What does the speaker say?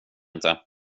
inte